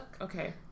Okay